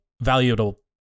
valuable